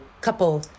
couple